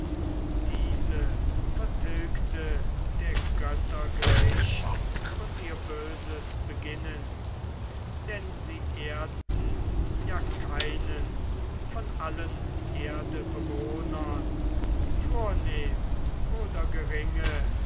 diese vertilgte der götter gericht und ihr böses beginnen denn sie ehrten ja keinen von allen erdebewohnern vornehm oder geringe